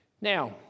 Now